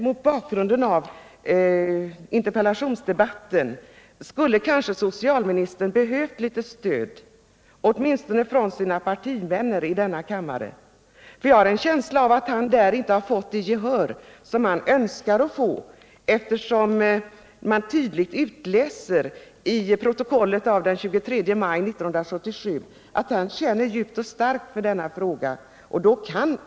Mot bakgrund av interpellationsdebatten tror jag att socialministern skulle ha behövt litet stöd åtminstone från sina partivänner i denna fråga, för jag har en känsla av att han hos dem inte fått det gehör som han önskar att få. Av protokollet från den 23 maj 1977 kan man nämligen tydligt utläsa att han känner djupt och starkt för denna fråga.